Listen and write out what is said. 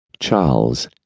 Charles